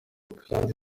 kandi